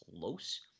close